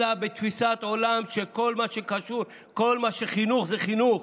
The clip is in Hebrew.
אלא בתפיסת עולם שכל מה שחינוך זה חינוך,